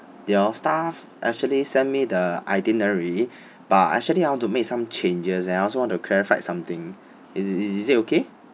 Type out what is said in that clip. your staff actually sent me the itinerary but actually I want to make some changes and I also want to clarify something is is it okay